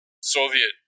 Soviet